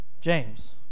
james